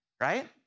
Right